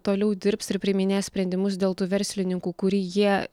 toliau dirbs ir priiminės sprendimus dėl tų verslininkų kurį jie